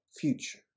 future